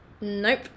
Nope